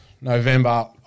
November